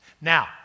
Now